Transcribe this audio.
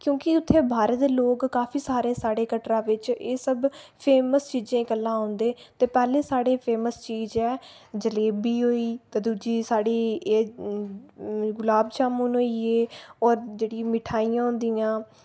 क्यूंकि उत्थै भारत दे लोक काफी सारे साढ़े कटरा बिच एह् सब फेमस चीजें गल्ला औंदे ते पैह्ले साढ़े फेमस चीज ऐ जलेबी होई ते दूजी साढ़ी ए गुलाब जामुन होइये और जेह्ड़ी मिठाइयां होंदियां